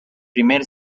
primer